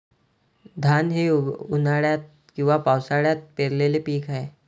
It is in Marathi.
धान हे उन्हाळ्यात किंवा पावसाळ्यात पेरलेले पीक आहे